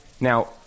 Now